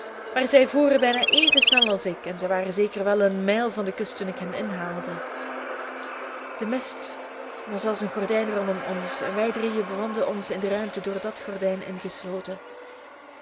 maar zij voeren bijna even snel als ik en zij waren zeker wel een mijl van de kust toen ik hen inhaalde de mist was als een gordijn rondom ons en wij drieën bevonden ons in de ruimte door dat gordijn ingesloten